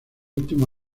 último